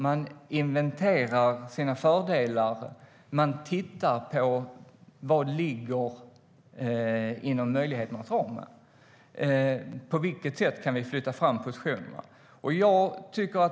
Man inventerar sina fördelar och tittar på vad som ligger inom möjligheternas ram. På vilket sätt kan vi flytta fram positionerna?